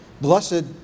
Blessed